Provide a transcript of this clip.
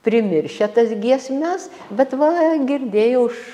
primiršę tas giesmes bet va girdėjau iš